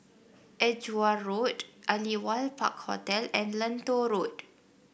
Edgware Road Aliwal Park Hotel and Lentor Road